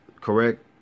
correct